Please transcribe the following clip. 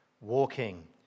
walking